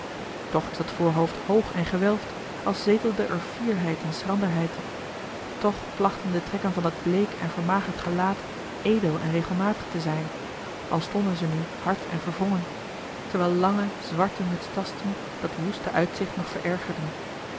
toch is dat voorhoofd hoog en gewelfd als zetelde er fierheid en schranderheid toch plachten de trekken van dat bleek en vermagerd gelaat edel en regelmatig te zijn al stonden ze nu hard en verwrongen terwijl lange zwarte mutstatsen dat woeste uitzicht nog verergerden